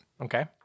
Okay